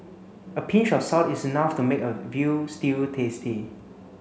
a pinch of salt is enough to make a veal stew tasty